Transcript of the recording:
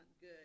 good